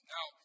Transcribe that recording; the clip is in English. Now